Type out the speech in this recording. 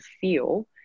feel